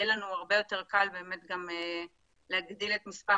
יהיה לנו הרבה יותר קל להגדיל את מספר